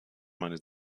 meine